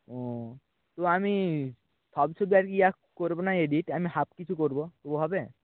ও তো আমি সব সুদ্ধ করব না এডিট আমি হাফ কিছু করব হবে